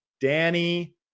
Danny